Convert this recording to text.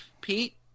Pete